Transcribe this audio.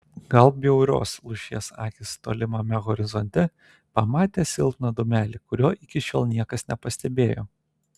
gal bjaurios lūšies akys tolimame horizonte pamatė silpną dūmelį kurio iki šiol niekas nepastebėjo